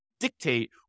dictate